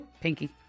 pinky